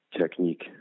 technique